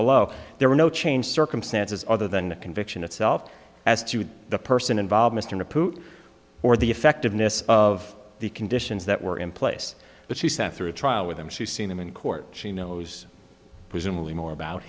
below there were no change circumstances other than a conviction itself as to the person involved mr putin or the effectiveness of the conditions that were in place but she sat through a trial with him she's seen him in court she knows presumably more about